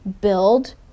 build